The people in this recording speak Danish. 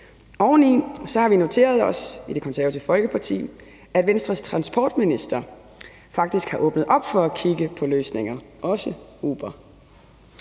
Folkeparti noteret os, at Venstres transportminister faktisk har åbnet op for at kigge på løsninger, også i